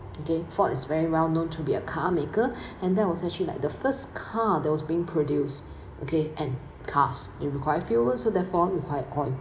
okay ford is very well known to be a car maker and that was actually like the first car that was being produced okay and cars it required fuel so therefore it required oil